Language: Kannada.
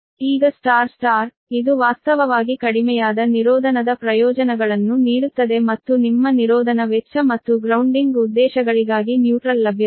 ಈಗ ಸ್ಟಾರ್ ಸ್ಟಾರ್ ಇದು ವಾಸ್ತವವಾಗಿ ಕಡಿಮೆಯಾದ ನಿರೋಧನದ ಪ್ರಯೋಜನಗಳನ್ನು ನೀಡುತ್ತದೆ ಮತ್ತು ನಿಮ್ಮ ನಿರೋಧನ ವೆಚ್ಚ ಮತ್ತು ಗ್ರೌಂಡಿಂಗ್ ಉದ್ದೇಶಗಳಿಗಾಗಿ ನ್ಯೂಟ್ರಲ್ ಲಭ್ಯತೆ ಇದೆ